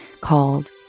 called